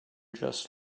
just